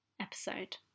episode